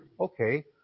Okay